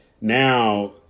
now